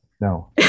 No